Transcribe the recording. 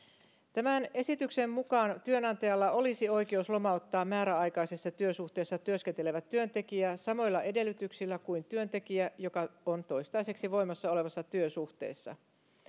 tämän esityksen mukaan työnantajalla olisi oikeus lomauttaa määräaikaisessa työsuhteessa työskentelevä työntekijä samoilla edellytyksillä kuin työntekijä joka on toistaiseksi voimassa olevassa työsuhteessa